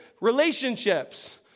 relationships